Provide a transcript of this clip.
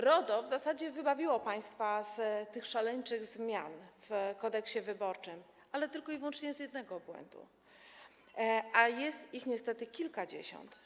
RODO w zasadzie wybawiło państwa od tych szaleńczych zmian w Kodeksie wyborczym, ale tylko i wyłącznie od jednego błędu, a jest ich niestety kilkadziesiąt.